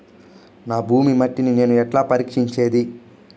నా భూమి మట్టిని నేను ఎట్లా పరీక్షించేది?